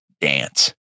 dance